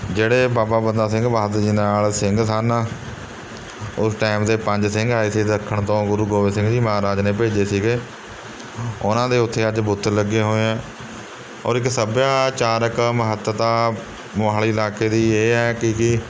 ਜਿਹੜੇ ਬਾਬਾ ਬੰਦਾ ਸਿੰਘ ਬਹਾਦਰ ਜੀ ਨਾਲ਼ ਸਿੰਘ ਸਨ ਉਸ ਟਾਈਮ ਦੇ ਪੰਜ ਸਿੰਘ ਆਏ ਸੀ ਦੱਖਣ ਤੋਂ ਗੁਰੂ ਗੋਬਿੰਦ ਸਿੰਘ ਜੀ ਮਹਾਰਾਜ ਨੇ ਭੇਜੇ ਸੀਗੇ ਉਹਨਾਂ ਦੇ ਉੱਥੇ ਅੱਜ ਬੁੱਤ ਲੱਗੇ ਹੋਏ ਐਂ ਔਰ ਇੱਕ ਸੱਭਿਆਚਾਰਕ ਮਹੱਤਤਾ ਮੋਹਾਲੀ ਇਲਾਕੇ ਦੀ ਇਹ ਹੈ ਕਿ ਜੀ